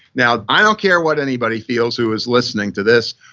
now i don't care what anybody feels who is listening to this.